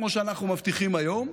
כמו שאנחנו מבטיחים היום,